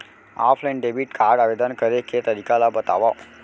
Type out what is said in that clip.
Offline debit card आवेदन करे के तरीका ल बतावव?